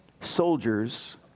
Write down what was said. soldiers